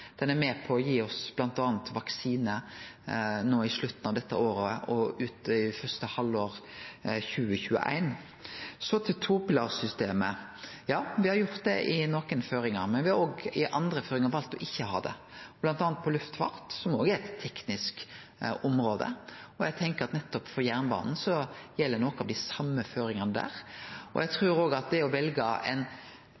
den avtalen. Han er bl.a. med på å gi oss vaksine no på slutten av dette året og ut i det første halvåret 2021. Så til topilarsystemet: Ja, me har gjort det på nokre område, men på andre område har me valt ikkje å ha det, bl.a. når det gjeld luftfart, som også er eit teknisk område. Eg tenkjer at nettopp for jernbanen er det nokre av dei same føringane. Eg trur at det å velje ei såkalla teknisk topilarløysing, der